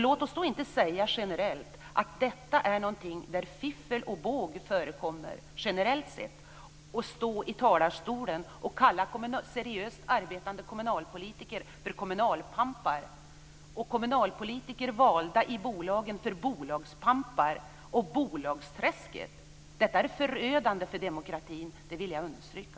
Låt oss då inte säga generellt att detta är någonting där fiffel och båg förekommer och i talarstolen kalla seriöst arbetande kommunalpolitiker för kommunalpampar och kommunalpolitiker valda i bolagen för bolagspampar och bolagsträsket. Detta är förödande för demokratin. Det vill jag understryka.